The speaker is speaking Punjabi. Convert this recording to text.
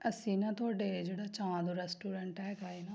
ਅਸੀਂ ਨਾ ਤੁਹਾਡੇ ਜਿਹੜਾ ਚਾਂਦ ਰੈਸਟੋਰੈਂਟ ਹੈਗਾ ਹੈ ਨਾ